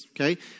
okay